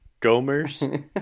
Gomers